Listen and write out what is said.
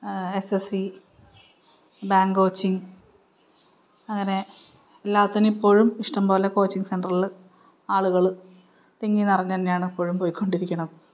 S S C bank coaching അങ്ങനെ എല്ലാത്തിനും ഇപ്പോഴും ഇഷ്ടംപോലെ കോച്ചിങ്ങ് സെൻ്ററിൽ ആളുകൾ തിങ്ങിനിറഞ്ഞു തന്നെയാണ് ഇപ്പോഴും പോയിക്കൊണ്ടിരിക്കണം